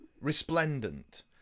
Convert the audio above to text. resplendent